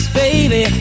baby